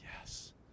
yes